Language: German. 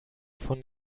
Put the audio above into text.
von